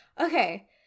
okay